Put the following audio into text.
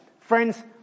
Friends